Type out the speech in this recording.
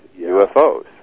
UFOs